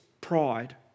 pride